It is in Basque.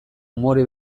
umore